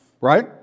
Right